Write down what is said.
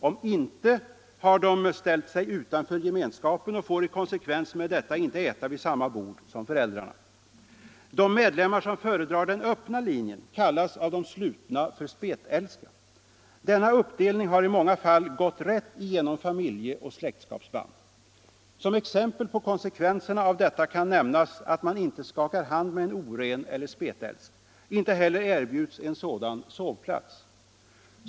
Om inte, har de ställt sig utanför gemenskapen och får i konsekvens med detta inte äta vid samma bord som föräldrarna. De medlemmar som föredrar den ”öppna” linjen kallas av de ”slutna” för ”spetälska”. Denna uppdelning har i många fall gått rätt igenom familjeoch släktskapsband. Som exempel på konsekvenserna av detta kan nämnas att man inte skakar hand med en ”oren” eller ”spetälsk”. Inte heller erbjuds en sådan sovplats.